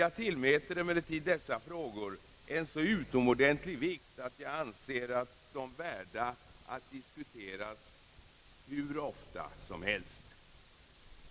Jag tillmäter emellertid dessa frågor en så utomordentligt stor vikt att jag anser dem värda att diskuteras hur ofta som helst.